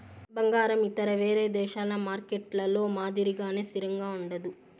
బంగారం ఇతర వేరే దేశాల మార్కెట్లలో మాదిరిగానే స్థిరంగా ఉండదు